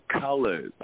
colors